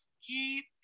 Keep